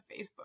Facebook